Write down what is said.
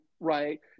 right